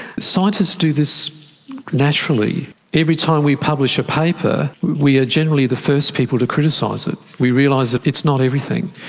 scientists do this naturally. every time we publish a paper we are generally the first people to criticise it. we realise that it's not everything.